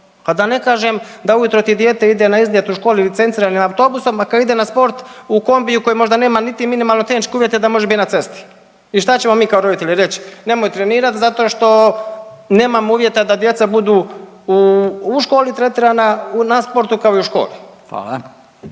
A da ne kažem da ujutro ti dijete ide na izlet u školi licenciranim autobusom, a kad ide na sport u kombiju koji možda nema niti minimalne tehničke uvjete da može bit na cesti. I šta ćemo mi kao roditelji reć, nemoj trenirat zato što nemamo uvjeta da djeca budu u školi tretirana na sportu kao i u školi.